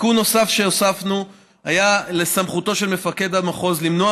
תיקון נוסף שהוספנו היה סמכותו של מפקד המחוז למנוע